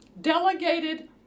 Delegated